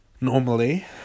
Normally